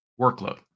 workload